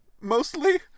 mostly